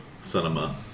cinema